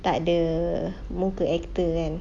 takde muka actor kan